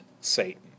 Satan